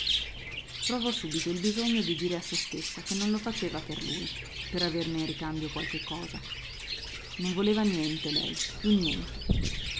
provò subito il bisogno di dire a se stessa che non lo faceva per lui per averne in ricambio qualche cosa non voleva niente lei più niente